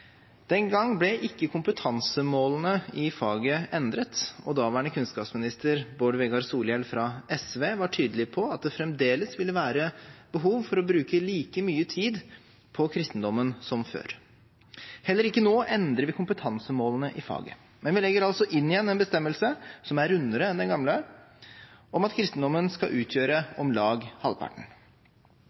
Den gang ble ikke kompetansemålene i faget endret, og daværende kunnskapsminister, Bård Vegar Solhjell fra SV, var tydelig på at det fremdeles ville være behov for å bruke like mye tid på kristendommen som før. Heller ikke nå endrer vi kompetansemålene i faget, men vi legger altså inn igjen en bestemmelse som er rundere enn den gamle, om at kristendommen skal utgjøre om lag halvparten.